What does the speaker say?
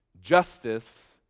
Justice